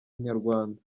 inyarwanda